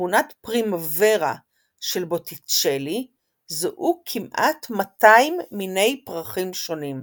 בתמונת "פרימוורה" של בוטיצ'לי זוהו כמעט 200 מיני פרחים שונים.